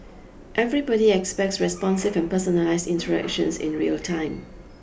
everybody expects responsive and personalised interactions in real time